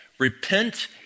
Repent